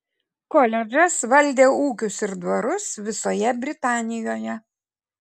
koledžas valdė ūkius ir dvarus visoje britanijoje